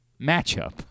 matchup